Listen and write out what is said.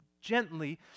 gently